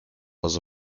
also